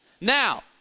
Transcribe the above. Now